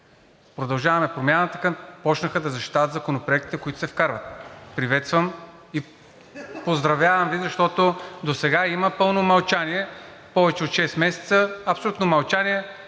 „Продължаваме Промяната“ започнаха да защитават законопроектите, които си вкарват. Приветствам и Ви поздравявам, защото досега имаше пълно мълчание, повече от шест месеца абсолютно мълчание